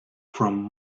from